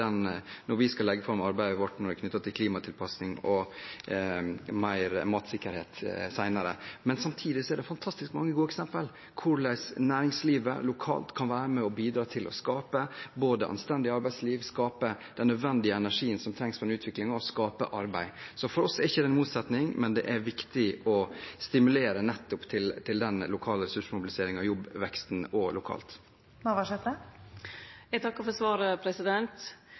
når vi skal legge fram arbeidet vårt knyttet til klimatilpasning og større matsikkerhet. Samtidig er det fantastisk mange gode eksempler på hvordan næringslivet lokalt kan være med på å bidra til både å skape et anstendig arbeidsliv, den nødvendige energien som trengs for den utviklingen, og å skape arbeid. Så for oss er det ikke en motsetning, det er viktig å stimulere nettopp til den lokale ressursmobiliseringen og jobbveksten. Eg takkar for svaret. I ei evaluering for